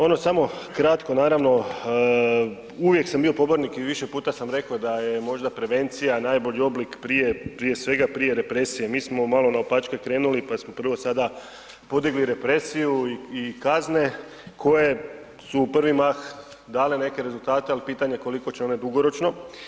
Ono samo kratko naravno, uvijek sam bio pobornik i više puta sam rekao da je možda prevencija najbolji oblik prije svega, prije represije, mi smo malo naopačke krenuli pa smo prvo sada podigli represiju i kazne koje su u prvi mah dale neke rezultate, ali pitanje je koliko će one dugoročno.